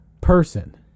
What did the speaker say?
person